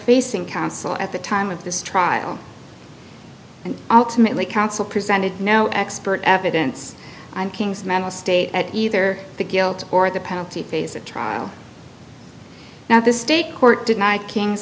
facing counsel at the time of this trial and ultimately counsel presented no expert evidence on king's mental state at either the guilt or the penalty phase at trial now the state court denied king